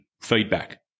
feedback